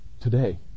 today